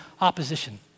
opposition